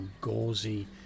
gauzy